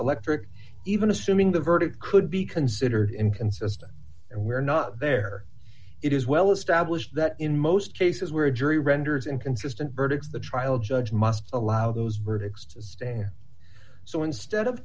electric even assuming the verdict could be considered inconsistent and we are not there it is well established that in most cases where a jury renders inconsistent verdicts the trial judge must allow those